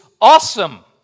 awesome